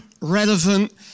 relevant